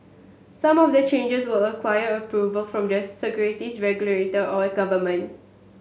some of the changes will a quire approval from the securities regulator or government